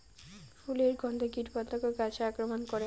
ফুলের গণ্ধে কীটপতঙ্গ গাছে আক্রমণ করে?